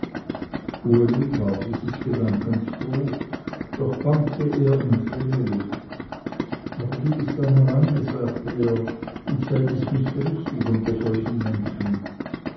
uli war dieses gedankens froh doch bangte er um vreneli aber du bist dann alleine sagte er und selb ist nicht richtig unter solchen menschen